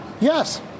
Yes